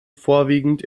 vorwiegend